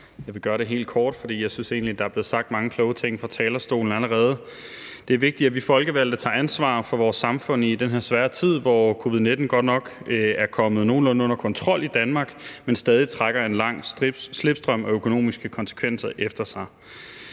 Jeg vil gøre det helt kort, for jeg synes egentlig, der er blevet sagt mange kloge ting fra talerstolen allerede. Det er vigtigt, at vi folkevalgte tager ansvar for vores samfund i den her svære tid, hvor covid-19 godt nok er kommet nogenlunde under kontrol i Danmark, men stadig trækker en lang slipstrøm af økonomiske konsekvenser efter sig.